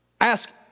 Ask